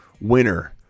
winner